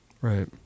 Right